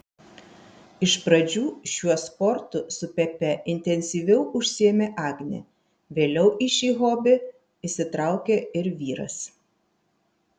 iš pradžių šiuo sportu su pepe intensyviau užsiėmė agnė vėliau į šį hobį įsitraukė ir vyras